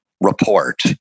report